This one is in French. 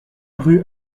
rue